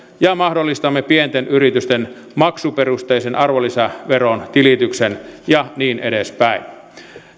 ja mahdollistamme pienten yritysten maksuperusteisen arvonlisäveron tilityksen ja niin edespäin